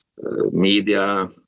media